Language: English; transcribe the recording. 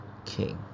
okay